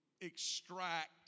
extract